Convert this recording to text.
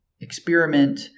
experiment